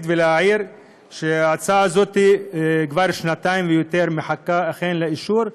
ולהעיר שההצעה הזאת כבר שנתיים ויותר מחכה אכן לאישור,